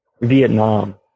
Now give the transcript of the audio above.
Vietnam